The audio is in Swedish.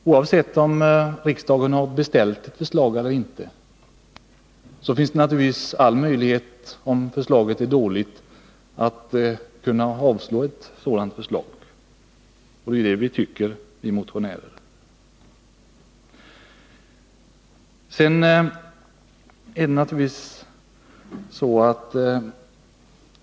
Oavsett om riksdagen har beställt förslag eller inte finns det naturligtvis — om förslaget är dåligt — all möjlighet att avslå ett sådant förslag, och det är det vi motionärer tycker att man skall göra.